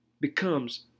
becomes